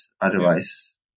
otherwise